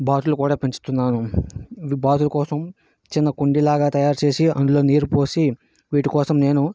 బాతులు కూడా పెంచుతున్నాను బాతుల కోసం చిన్న కుండీలాగా తయారు చేసి అందులో నీరు పోసి వీటి కోసం నేను